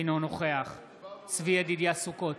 אינו נוכח צבי ידידיה סוכות,